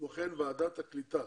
כמו כן ועדת הקליטה